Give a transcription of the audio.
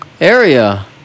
area